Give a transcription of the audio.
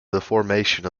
formation